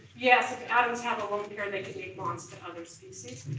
yes, if atoms have a lone pair and they can make bonds to other species.